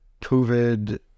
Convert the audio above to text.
COVID